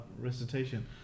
recitation